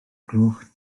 gloch